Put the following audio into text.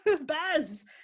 Baz